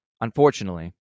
Unfortunately